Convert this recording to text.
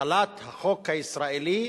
החלת החוק הישראלי,